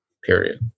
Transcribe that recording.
Period